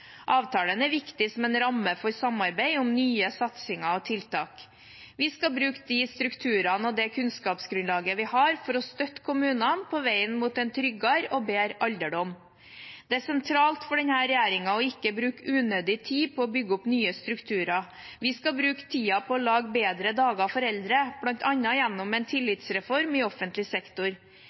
Avtalen er viktig som en ramme for samarbeid om nye satsinger og tiltak. Vi skal bruke de strukturene og det kunnskapsgrunnlaget vi har, for å støtte kommunene på veien mot en tryggere og bedre alderdom. Det er sentralt for denne regjeringen ikke å bruke unødig tid på å bygge opp nye strukturer. Vi skal bruke tiden på å lage bedre dager for eldre, bl.a. gjennom en tillitsreform i offentlig sektor.